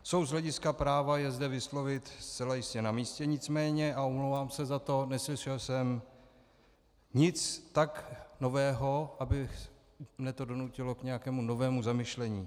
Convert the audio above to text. Jsou z hlediska práva je zde vyslovit zcela jistě namístě, nicméně, a omlouvám se za to, neslyšel jsem nic tak nového, aby mě to donutilo k nějakému novému zamyšlení.